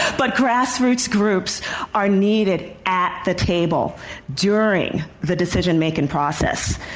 but grassroots groups are needed at the table during the decision-making process.